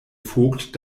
vogt